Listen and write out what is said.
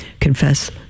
Confess